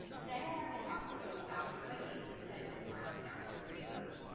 today i wanted to talk to you about what i eat in a day with mild gastroparesis.